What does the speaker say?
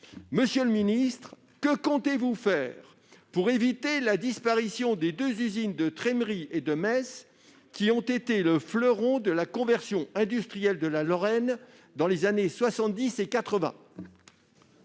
Monsieur le ministre, que comptez-vous faire pour éviter la disparition des deux usines de Trémery et de Metz, qui ont été le fleuron de la conversion industrielle de la Lorraine dans les années 1970 et 1980 ?